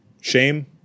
Shame